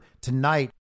tonight